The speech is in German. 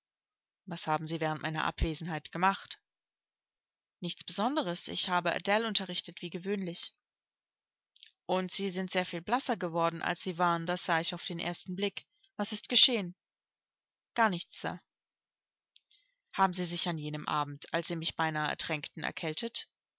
was haben sie während meiner abwesenheit gemacht nichts besonderes ich habe adele unterrichtet wie gewöhnlich und sind sehr viel blasser geworden als sie waren das sah ich auf den ersten blick was ist geschehen gar nichts sir haben sie sich an jenem abend als sie mich bei nahe ertränkten erkältet